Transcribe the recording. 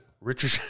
Richard